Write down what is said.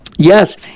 Yes